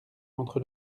entre